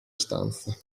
stanza